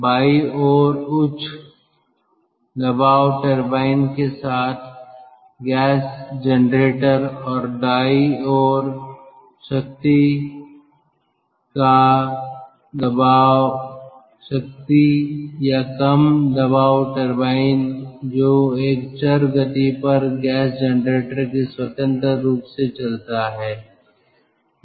बाईं ओर उच्च दबाव टरबाइन के साथ गैस जनरेटर और दाईं ओर शक्ति या कम दबाव टरबाइन जो एक चर गति पर गैस जनरेटर के स्वतंत्र रूप से चलता है